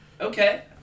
Okay